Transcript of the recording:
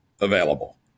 available